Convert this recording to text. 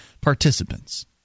participants